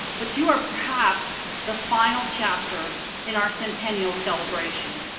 but you are perhaps the final chapter in our centennial celebration.